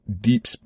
deep